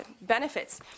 benefits